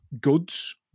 goods